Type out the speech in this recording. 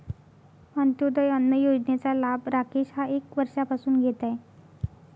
अंत्योदय अन्न योजनेचा लाभ राकेश हा एक वर्षापासून घेत आहे